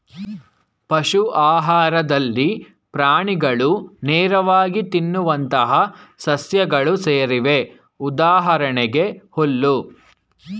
ಪಶು ಆಹಾರದಲ್ಲಿ ಪ್ರಾಣಿಗಳು ನೇರವಾಗಿ ತಿನ್ನುವಂತಹ ಸಸ್ಯಗಳು ಸೇರಿವೆ ಉದಾಹರಣೆಗೆ ಹುಲ್ಲು